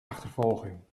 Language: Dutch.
achtervolging